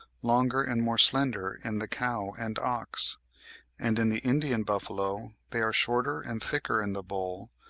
longer and more slender in the cow and ox and in the indian buffalo, they are shorter and thicker in the bull,